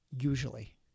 usually